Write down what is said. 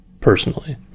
personally